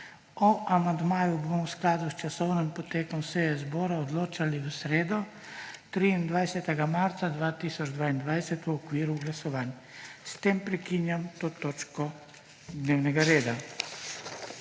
O amandmajih bomo v skladu s časovnim potekom seje zbora odločali v sredo, 23. marca 2022 v okviru glasovanj. S tem prekinjam to točko dnevnega reda.